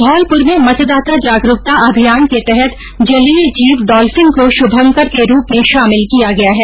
धौलपुर में मतदाता जागरूकता अभियान के तहत जलीय जीव डॉल्फिन को शुभंकर के रूप में शामिल किया गया है